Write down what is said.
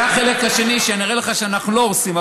זה החלק השני, שאני אראה לך שאנחנו לא הורסים.